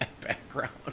background